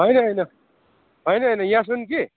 होइन होइन होइन होइन यहाँ सुन कि